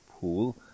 pool